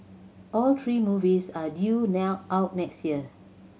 all three movies are due out next year